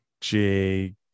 Jake